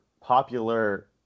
popular